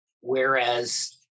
Whereas